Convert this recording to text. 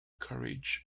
courage